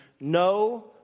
no